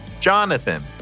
Jonathan